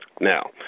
Now